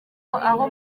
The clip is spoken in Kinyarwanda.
aho